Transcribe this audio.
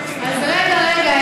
רגע, רגע.